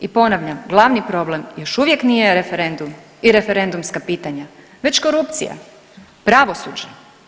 I ponavljam glavni problem još uvijek nije referendum i referendumska pitanja već korupcija, pravosuđe.